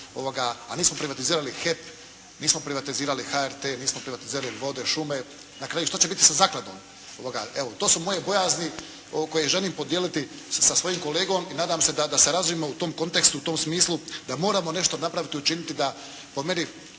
a nismo privatizirali HEP, nismo privatizirali HRT, nismo privatizirali vode, šume. I na kraju, šta će biti sa zakladom. To su moje bojazni koje želim podijeliti sa svojim kolegom i nadam se da se razumijemo u tom kontekstu u tom smislu da moramo nešto napraviti i učiniti da po meni